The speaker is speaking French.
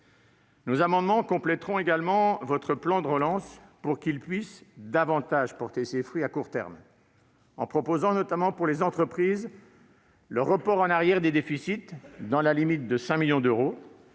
Nos amendements complèteront également votre plan de relance pour qu'il puisse davantage porter ses fruits à court terme. Nous proposerons, notamment pour les entreprises, le report en arrière des déficits dans la limite de 5 millions d'euros,